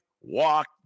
walk